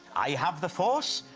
i have the force,